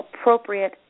appropriate